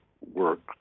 work